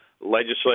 legislative